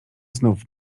znów